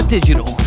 Digital